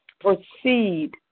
proceed